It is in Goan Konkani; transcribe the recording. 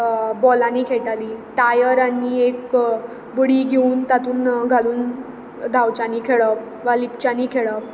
बॉलांनीं खेळटालीं टायर आनी एक बडी घेवन तातूंत घालून धांवच्यांनी खेळप वा लिपच्यांनी खेळप